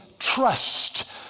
trust